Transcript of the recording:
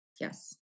Yes